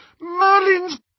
Merlin's